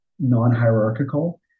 non-hierarchical